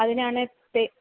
അതിനാണ് തെ